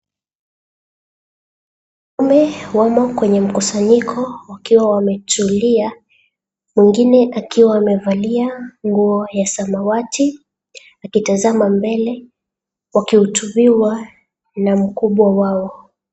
Wanaume wamo kwenye mkusanyiko wakiwa wametulia mwingine akiwa amevalia nguo ya samawati akitazama mbele wakihotubiwa na mkubwa wao.